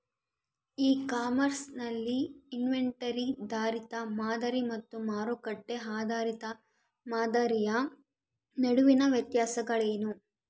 E commerce ನಲ್ಲಿ inventory ಆಧಾರಿತ ಮಾದರಿ ಮತ್ತು ಮಾರುಕಟ್ಟೆ ಆಧಾರಿತ ಮಾದರಿಯ ನಡುವಿನ ವ್ಯತ್ಯಾಸಗಳೇನು?